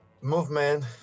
Movement